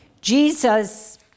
Jesus